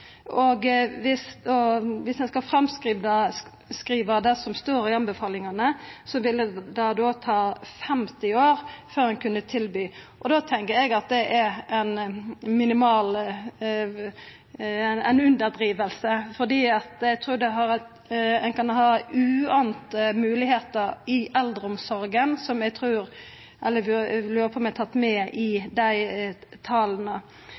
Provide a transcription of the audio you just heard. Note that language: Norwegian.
står i anbefalingane, vil det ta 50 år før ein kan tilby det, og då tenkjer eg at det er ei underdriving. Eg trur at ein kan ha uante moglegheiter i eldreomsorga, som eg lurer på om er tatt med i dei tala.